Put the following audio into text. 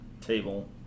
table